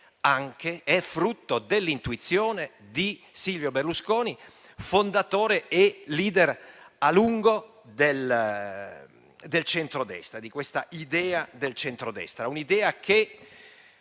è frutto dell'intuizione di Silvio Berlusconi, fondatore e *leader* a lungo del centrodestra, di questa idea del centrodestra.